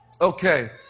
Okay